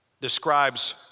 describes